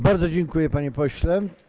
Bardzo dziękuję, panie pośle.